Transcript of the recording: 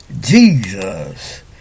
Jesus